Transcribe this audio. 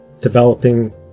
developing